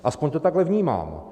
Aspoň to takhle vnímám.